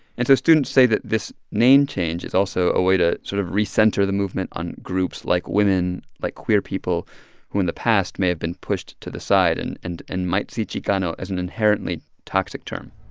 and so students say that this name change is also a way to sort of recenter the movement on groups, like women, like queer people who in the past may have been pushed to the side and and and might see chicano as an inherently toxic term